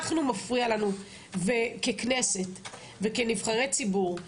מפריע לנו ככנסת וכנבחרי ציבור,